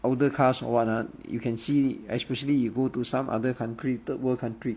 older cars or what ah you can see especially you go to some other country third world country